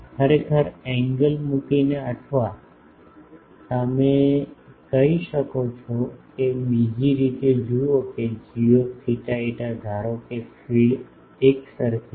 ખરેખર એંગલ મૂકીને અથવા તમે કહી શકો છો કે બીજી રીતે જુઓ કે gθ φ ધારો કે ફીડ એકસરખી છે